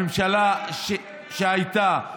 הממשלה שהייתה.